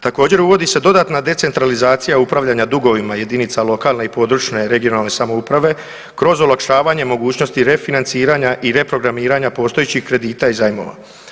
Također, uvodi se dodatna decentralizacija upravljanja dugovima jedinica lokalne i područne (regionalne) samouprave kroz olakšavanje mogućnosti refinanciranja i reprogramiranja postojećih kredita i zajmova.